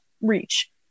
reach